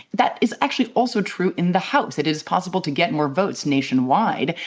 that is actually also true in the house. it is possible to get more votes nationwide,